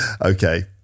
Okay